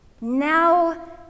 now